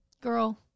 girl